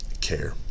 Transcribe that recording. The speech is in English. care